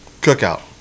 Cookout